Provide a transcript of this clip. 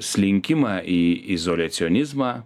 slinkimą į izoliacionizmą